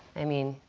i mean,